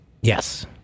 Yes